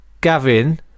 gavin